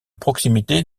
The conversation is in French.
proximité